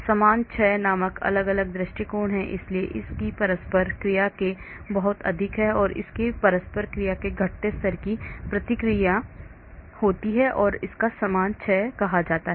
समान क्षय नामक अलग अलग दृष्टिकोण हैं इसलिए इस की परस्पर क्रिया से बहुत अधिक है इस की परस्पर क्रिया से घटते स्तर की परस्पर क्रिया होती है जिसे समान क्षय कहा जाता है